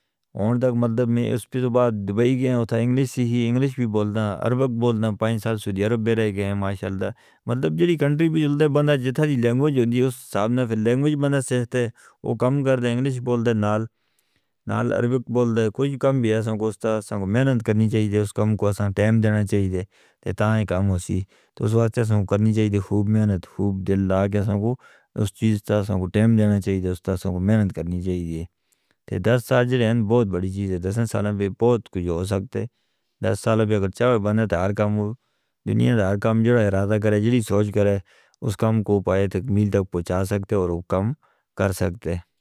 مطلب میں اس کے بعد دبئی گیا ہوں تھا۔ انگلیسی ہی انگلیش بھی بولنا، عربک بولنا پانچ سال سے عرب بھی رہ گئے ہیں ماشاءاللہ۔ مطلب جڑی کنٹری بھی جندہ بندہ جتھاں جڑی لینگویج ہوندی، اس ساتھ میں لینگویج بندہ سیکھتے۔ وہ کم کر دے، انگلیش بول دے نال عربک بول دے۔ کوئی کم بھی ہے، سنگھوستا سنگھوں محنت کرنی چاہی دی۔ اس کم کو سنگھوں ٹائم دینا چاہی دی، تے تاں ہی کم ہو سی۔ تو اسواستہ سنگھوں کرنی چاہی دی، خوب محنت، خوب دل لاغیا سنگھوں۔ اس چیز تاں سنگھوں ٹائم دینا چاہی دی، اس تاں سنگھوں محنت کرنی چاہی دی۔ تے دس سال جڑے ہیں، بہت بڑی چیز ہے۔ دس سالاں میں بہت کچھ ہو سکتے۔ دس سالاں بھی اگر چاہو بندہ تیار کام ہو، دنیا دا ہر کام جوڑا ارادہ کرے، جڑی سوچ کرے، اس کام کو پایہ تکمیل تک پہنچا سکتے اور وہ کم کر سکتے.